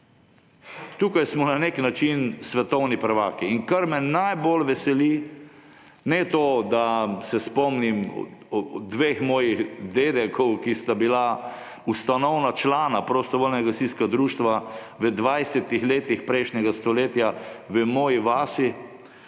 Tukaj smo na nek način svetovni prvaki. In kar me najbolj veseli, ni to, da se spomnim svojih dveh dedkov, ki sta bila ustanovna člana prostovoljnega gasilskega društva v 20. letih prejšnjega stoletja v moji vasi,